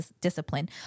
discipline